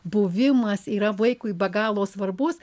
buvimas yra vaikui be galo svarbus